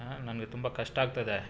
ನನಗೆ ತುಂಬ ಕಷ್ಟ ಆಗ್ತದೆ